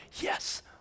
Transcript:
yes